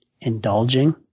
indulging